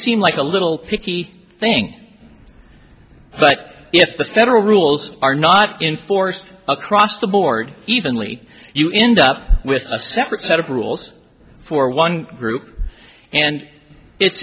seem like a little picky thing but if the federal rules are not enforced across the board evenly you end up with a separate set of rules for one group and it's